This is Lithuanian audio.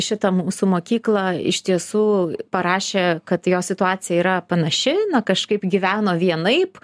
šitą mūsų mokykla iš tiesų parašė kad jos situacija yra panaši na kažkaip gyveno vienaip